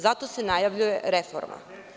Zato se najavljuje reforma.